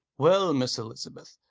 well, miss elizabeth,